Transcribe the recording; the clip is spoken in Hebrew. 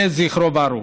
יהי זכרו ברוך.